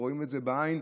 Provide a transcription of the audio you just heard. רואים את זה בעין,